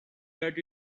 that